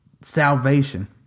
salvation